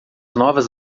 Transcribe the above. novas